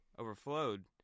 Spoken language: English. overflowed